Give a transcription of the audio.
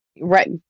Right